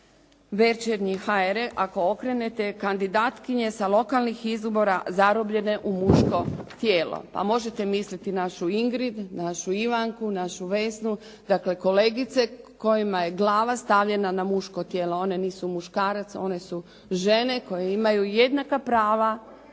večernji hr. Ako okrenete kandidatkinje sa lokalnih izbora zarobljene u muško tijelo. Pa možete misliti našu Ingrid, našu Ivanku, našu Vesnu, dakle kolegice kojima je glava stavljena na muško tijelo. One nisu muškarac, one su žene koje imaju jednaka prava.